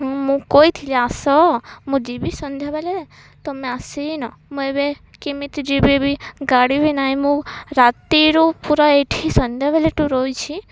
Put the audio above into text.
ହଁ ମୁଁ କହିଥିଲି ଆସ ମୁଁ ଯିବି ସନ୍ଧ୍ୟାବେଳେ ତୁମେ ଆସିନ ମୁଁ ଏବେ କେମିତି ଯିବି ବିି ଗାଡ଼ି ବି ନାହିଁ ମୁଁ ରାତିରୁ ପୁରା ଏଇଠି ସନ୍ଧ୍ୟାବେଳଠୁ ରହୁଛି